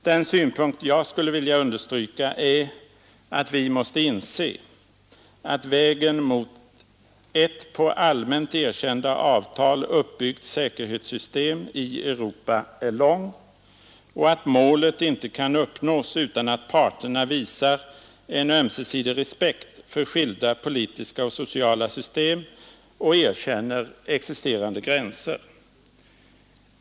Den synpunkt jag skulle vilja understryka är att vi måste inse, att vägen mot ett på allmänt erkända avtal uppbyggt säkerhetssystem i Europa är lång och att målet inte kan uppnås utan att parterna visar en ömsesidig respekt för skilda politiska och sociala system och erkänner existerande gränser.